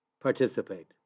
participate